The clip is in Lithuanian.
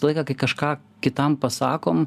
laiką kai kažką kitam pasakom